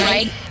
Right